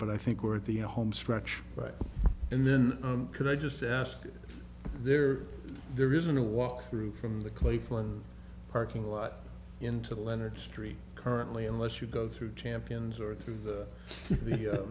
but i think we're at the homestretch right and then could i just ask there there isn't a walk through from the cleveland parking lot into leonard street currently unless you go through champions or through